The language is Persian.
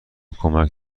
کمک